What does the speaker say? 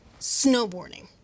Snowboarding